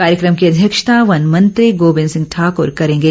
कार्यक्रम की अध्यक्षता वन मंत्री गोबिन्द सिंह ठाकुर करेंगे